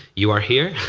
you are here.